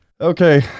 Okay